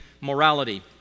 Morality